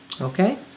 Okay